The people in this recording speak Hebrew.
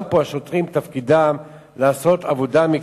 גם פה, השוטרים, תפקידם לעשות עבודה מקצועית.